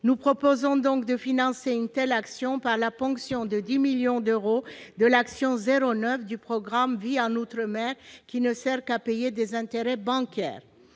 Nous proposons donc de financer une telle action par la ponction de 10 millions d'euros de l'action n° 09 du programme « Conditions de vie outre-mer », qui ne sert qu'à payer des intérêts bancaires.